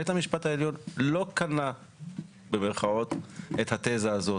בית המשפט העליון לא "קנה" את התזה הזאת,